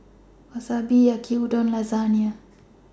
Wasabi Yaki Udon and Lasagna